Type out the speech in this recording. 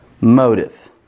motive